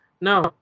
no